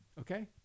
Okay